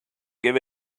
give